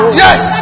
yes